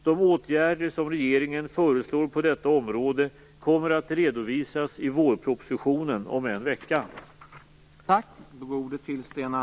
De åtgärder som regeringen föreslår på detta område kommer att redovisas i vårpropositionen om en vecka.